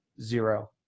zero